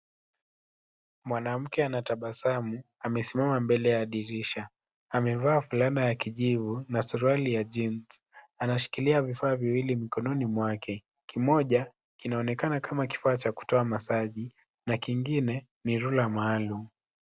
Mwanamke anatabasamu, amesimama mbele ya dirisha, amevaa fulana ya kijivu na suruali ya jeans , anashikilia vifaa viwili mkononi mwake. Kimoja kinaonekana kama kifaa cha kutoa massage , na kingine ni rula maalum.